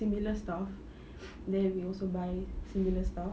similar stuff then we also buy similar stuff